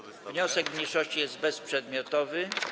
Wniosek mniejszości jest bezprzedmiotowy.